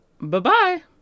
Bye-bye